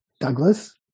Douglas